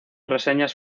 reseñas